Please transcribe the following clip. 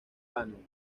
vano